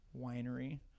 Winery